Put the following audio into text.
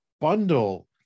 bundle